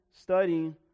studying